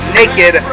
naked